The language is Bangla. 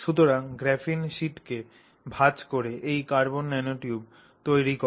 সুতরাং গ্রাফিনের শীটকে ভাঁজ করে এই কার্বন ন্যানোটিউব তৈরি কর